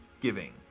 giving